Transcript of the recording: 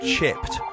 Chipped